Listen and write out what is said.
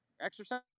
exercise